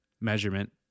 measurement